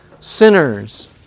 sinners